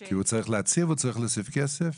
כי הוא צריך להצהיר והוא צריך להוסיף כסף?